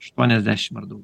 aštuoniasdešimt ar daug